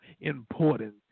important